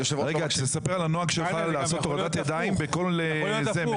שנספר על הנוהג שלך לעשות הורדת ידיים בכל מכינה